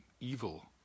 evil